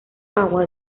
agua